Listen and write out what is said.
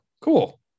cool